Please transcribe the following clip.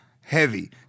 heavy